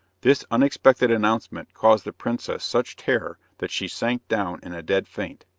this unexpected announcement caused the princess such terror that she sank down in a dead faint.